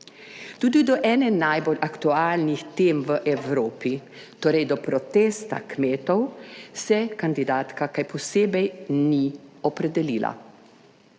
Tudi do ene najbolj aktualnih tem v Evropi, torej do protesta kmetov, se kandidatka kaj posebej ni opredelila.